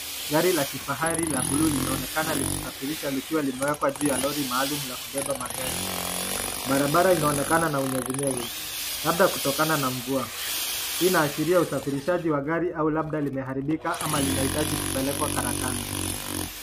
Gari la kifahari ya blue linaonekana likisafirishwa likiwa limewekwa juu la lori maalum ya kubeba magari. Barabara inaonekana kuna unyevunyevu labda kutokana na mvua. Hii inaashiria usafirishaji wa magari au labda limeharibika au lina hitaji kupelekwa karakana.